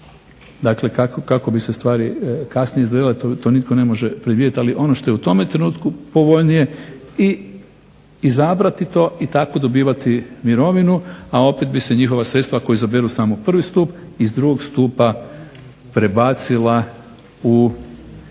dakle kako bi se stvari kasnije izgledale to nitko ne može predvidjeti. Ali ono što je u tome trenutku povoljnije i izabrati to i tako dobivati mirovinu, a opet bi se njihova sredstva ako izaberu samo prvi stup iz drugog stupa prebacila u